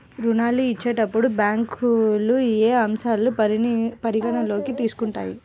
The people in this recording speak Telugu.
ఋణాలు ఇచ్చేటప్పుడు బ్యాంకులు ఏ అంశాలను పరిగణలోకి తీసుకుంటాయి?